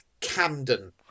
Camden